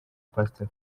pastor